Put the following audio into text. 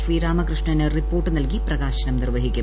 ശ്രീരാമകൃഷ്ണന് report നൽകി പ്രകാശനം നിർവഹിക്കും